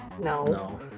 No